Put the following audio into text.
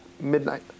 midnight